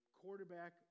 quarterback